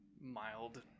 mild